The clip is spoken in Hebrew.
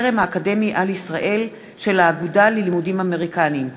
החרם האקדמי על ישראל של האגודה ללימודים אמריקניים,